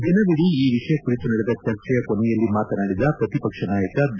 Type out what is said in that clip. ದಿನವಿಡೀ ಈ ವಿಷಯ ಕುರಿತು ನಡೆದ ಚರ್ಚೆಯ ಕೊನೆಯಲ್ಲಿ ಮಾತನಾಡಿದ ಪ್ರತಿಪಕ್ಷ ನಾಯಕ ಬಿ